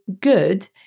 good